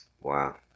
Wow